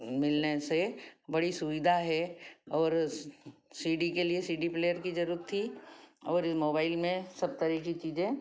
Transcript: मिलने से बड़ी सुविधा है और सी डी के लिए सी डी प्लेयर की जरूरत थी और मोबाइल में सब तरह की चीजें